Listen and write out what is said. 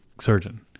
surgeon